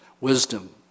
wisdom